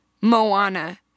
Moana